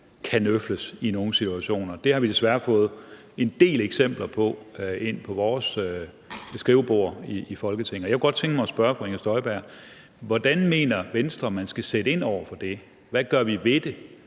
kanøfles i nogle situationer. Det har vi desværre fået en del eksempler på ind på vores skrivebord i Folketinget. Og jeg kunne godt tænke mig at spørge fru Inger Støjberg: Hvordan mener Venstre man skal sætte ind over for det? Hvad gør vi ved det?